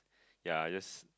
ya just